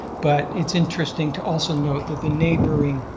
but it's interesting to also note that the neighboring